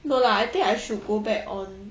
no lah I think I should go back on